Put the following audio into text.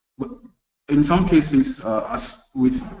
in some cases, as with